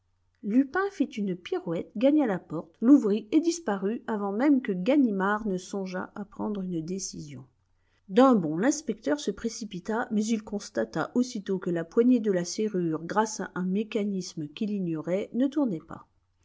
lupin fit une pirouette gagna la porte l'ouvrit et disparut avant même que ganimard ne songeât à prendre une décision d'un bond l'inspecteur se précipita mais il constata aussitôt que la poignée de la serrure grâce à un mécanisme qu'il ignorait ne tournait pas